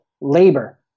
labor